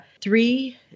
three